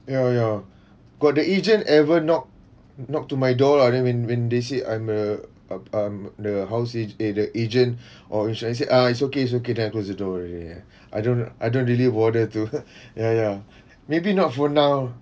ya ya got the agent ever knock knock to my door lah then when when they see I'm a uh um the house age~ the agent oh insuran~ said ah it's okay it's okay then I close the door already ya I don't I don't really bother to ya ya maybe not for now